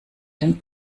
den